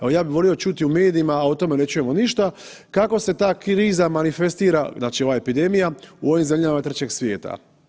Evo ja bih volio čuti u medijima, a o tome ne čujemo ništa kako se ta kriza manifestira ova epidemija u zemljama trećeg svijeta.